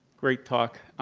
great talk.